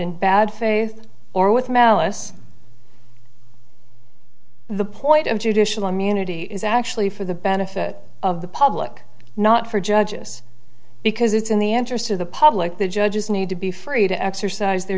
in bad faith or with malice the point of judicial immunity is actually for the benefit of the public not for judges because it's in the interest of the public the judges need to be free to exercise their